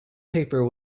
paper